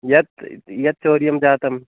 यत् यत् चौर्यं जातं